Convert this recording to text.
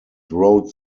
wrote